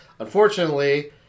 unfortunately